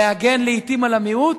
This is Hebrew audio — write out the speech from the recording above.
להגן לעתים על המיעוט,